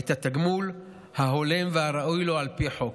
את התגמול ההולם והראוי לו על פי חוק.